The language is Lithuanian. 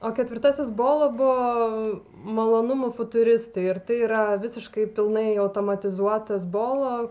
o ketvirtasis bolo buvo malonumų futuristai ir tai yra visiškai pilnai automatizuotas bolo